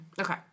Okay